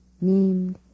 named